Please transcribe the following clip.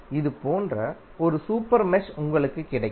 இது போன்ற ஒரு சூப்பர் மெஷ் உங்களுக்கு கிடைக்கும்